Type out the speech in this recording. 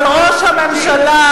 אבל ראש הממשלה,